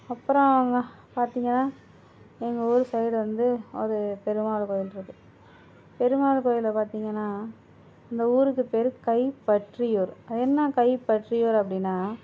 அப்புறம் அங்கே பார்த்திங்கன்னா எங்கள் ஊர் சைடு வந்து ஒரு பெருமாள் கோயில் இருக்கு பெருமாள் கோயிலில் பார்த்திங்கன்னா எங்கள் ஊருக்கு பேர் கைப்பற்றியூர் என்னா கைப்பற்றியூர் அப்படினா